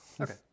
Okay